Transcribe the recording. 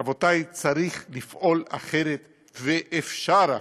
רבותי, צריך לפעול אחרת ואפשר אחרת.